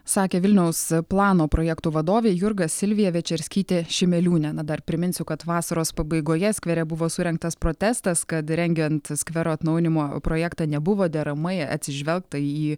sakė vilniaus plano projektų vadovė jurga silvija večerskytė šimeliūnė na dar priminsiu kad vasaros pabaigoje skvere buvo surengtas protestas kad rengiant skvero atnaujinimo projektą nebuvo deramai atsižvelgta į